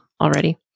already